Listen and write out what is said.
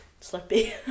Slippy